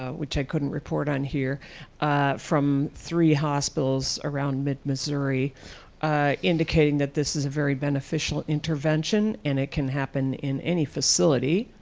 ah which i couldn't report on here from three hospitals around mid missouri indicating that this is a very beneficial intervention and it can happen in any facility,